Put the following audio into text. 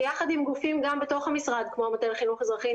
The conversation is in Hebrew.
שיחד עם גופים גם בתוך המשרד כמו המטה לחינוך אזרחי,